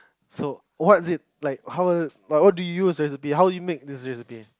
so what's it like how like what how you you use this recipe how do you make this recipe